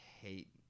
hate